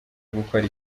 gukora